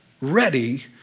ready